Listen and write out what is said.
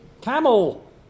camel